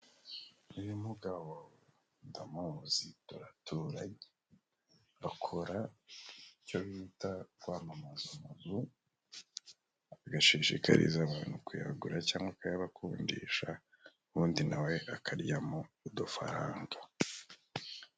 Uyu mugabo ndamuzi turatura, akora icyo bita kwamamaza amazu, agashishikariza abantu kuyagura cyangwa akayabakundisha. Ubundi nawe akaryamo udufaranga.